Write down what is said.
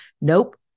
nope